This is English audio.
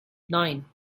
nine